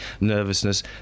nervousness